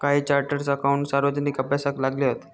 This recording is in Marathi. काही चार्टड अकाउटंट सार्वजनिक अभ्यासाक लागले हत